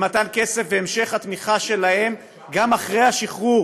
במתן כסף והמשך התמיכה בהם גם אחרי השחרור,